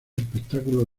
espectáculo